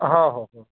ହ ହଉ ହଉ